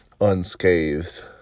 unscathed